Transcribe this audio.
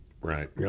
Right